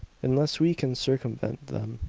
unless we can circumvent them,